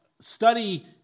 study